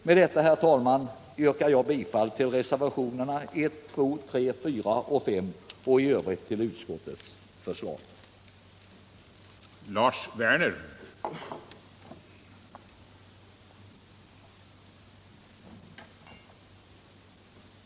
Med detta, herr talman, yrkar jag bifall till reservationerna 1, 2, 3, 4 och 5 och i övrigt till utskottets hemställan.